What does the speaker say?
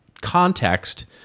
context